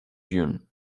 june